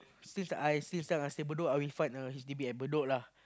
since I since young I stay Bedok I will find a H_D_B at Bedok lah